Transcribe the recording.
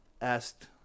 asked